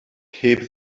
heb